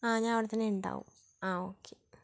ഞാന് അവിടെ തന്നെ ഉണ്ടാകും ഓക്കെ